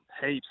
heaps